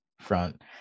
front